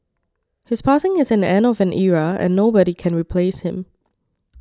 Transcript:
his passing is an end of an era and nobody can replace him